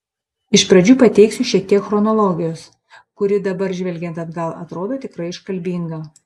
iš pradžių pateiksiu šiek tiek chronologijos kuri dabar žvelgiant atgal atrodo tikrai iškalbinga